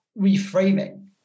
reframing